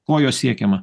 ko juo siekiama